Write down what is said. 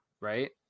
right